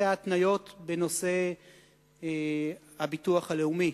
זה ההתניות בנושא הביטוח הלאומי.